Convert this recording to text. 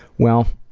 well,